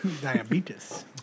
Diabetes